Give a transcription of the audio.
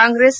Congress